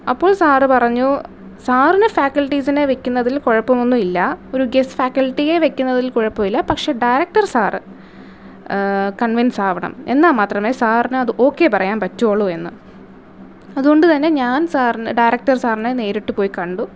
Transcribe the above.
അപ്പോൾ സാറ് പറഞ്ഞു സാറിന് ഫാക്കൽറ്റീസിനെ വയ്ക്കുന്നതിൽ കുഴപ്പാമൊന്നുമില്ല ഒരു ഗെസ്റ്റ് ഫാക്കൽറ്റിയെ വയ്ക്കുന്നതിൽ കുഴപ്പമില്ല പക്ഷെ ഡയറക്ടർ സാറ് കൺവീൻസ്സാവണം എന്നാൽ മാത്രമേ സാറിന് അത് ഓക്കെ പറയാൻ പറ്റുകയുള്ളു എന്ന് അതുകൊണ്ട് തന്നെ ഞാൻ സാറ് ഡയറക്റ്റരു സാറിനെ നേരിട്ടു പോയി കണ്ടു